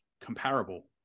comparable